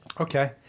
Okay